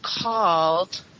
called